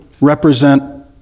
represent